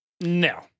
no